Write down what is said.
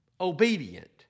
obedient